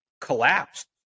collapsed